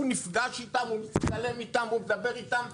הוא נפגש איתם, הוא מצטלם איתם, הוא מדבר איתם.